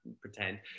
pretend